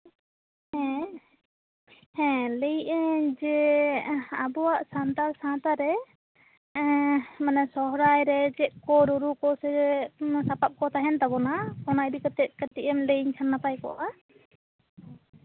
ᱦᱮᱸ ᱞᱟᱹᱭᱟᱹᱜ ᱟᱹᱧ ᱡᱮ ᱟᱵᱚᱣᱟᱜ ᱥᱟᱱᱛᱟᱲ ᱥᱟᱶᱛᱟᱨᱮ ᱥᱚᱨᱦᱟᱭᱨᱮ ᱪᱮᱫ ᱠᱚ ᱨᱩᱨᱩ ᱠᱚᱥᱮ ᱪᱮᱫ ᱠᱚ ᱥᱟᱯᱟᱯ ᱛᱟᱦᱮᱱᱟ ᱚᱱᱟ ᱠᱚ ᱤᱫᱤ ᱠᱟᱛᱮᱜ ᱠᱟᱹᱴᱤᱡ ᱮᱢ ᱞᱟᱹᱭ ᱟᱹᱧ ᱠᱷᱟᱱ ᱱᱟᱯᱟᱭ ᱠᱚᱜᱼᱟ